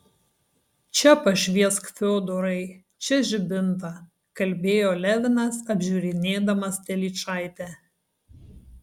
čia pašviesk fiodorai čia žibintą kalbėjo levinas apžiūrinėdamas telyčaitę